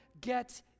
get